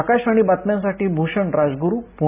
आकाशवाणी बातम्यांसाठी भुषण राजगुरू पुणे